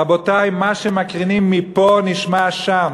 רבותי, מה שמקרינים מפה נשמע שם.